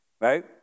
right